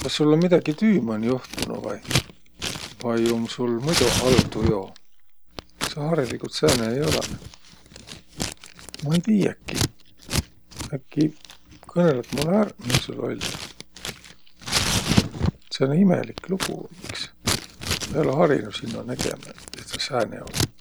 Kas sul um midägi tüü man johtunuq vai? Vai um sul muido halv tujo? Sa hariligult sääne ei olõq. Ma ei tiiäkiq. Äkki kõnõlõt mullõ ärq, miä sul oll'? Sääne imelik lugu um iks. Ma ei olõq harinuq sinno nägemä, et sa sääne olõt.